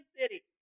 city